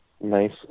nice